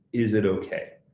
is it okay,